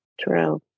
true